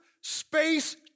space